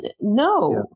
no